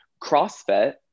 CrossFit